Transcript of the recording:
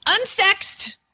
unsexed